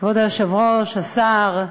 כבוד היושב-ראש, השר,